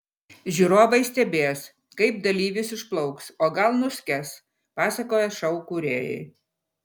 žiūrovai stebės kaip dalyvis išplauks o gal nuskęs pasakoja šou kūrėjai